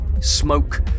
Smoke